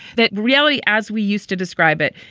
that reality, as we used to describe it,